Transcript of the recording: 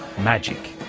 magic!